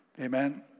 Amen